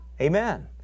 Amen